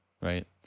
right